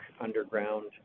Underground